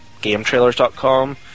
GameTrailers.com